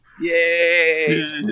Yay